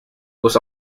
was